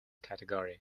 category